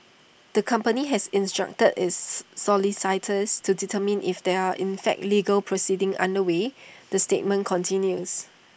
the company has instructed its solicitors to determine if there are in fact legal proceedings underway the statement continues